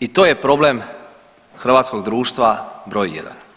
i to je problem hrvatskog društva broj jedan.